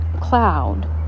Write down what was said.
cloud